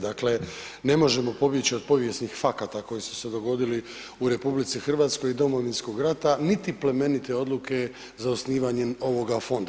Dakle, ne možemo pobjeći od povijesnih fakata koji su se dogodili u RH i Domovinskog rata niti plemenite odluke za osnivanjem ovoga fonda.